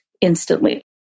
instantly